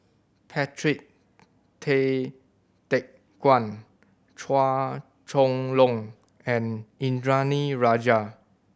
Patrick Tay Teck Guan Chua Chong Long and Indranee Rajah